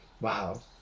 wow